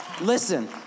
Listen